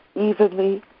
evenly